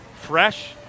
fresh